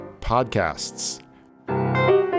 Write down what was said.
podcasts